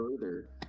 further